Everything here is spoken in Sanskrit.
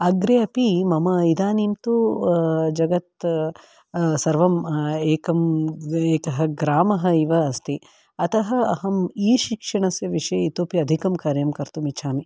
अग्रे अपि मम इदानीं तु जगत् सर्वम् एकं रीत्यः ग्रामः एव अस्ति अतः अहम् ई शिक्षणस्य विषये इतोपि अधिकं कार्यं कर्तुम् इच्छामि